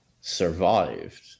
survived